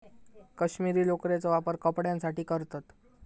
कश्मीरी लोकरेचो वापर कपड्यांसाठी करतत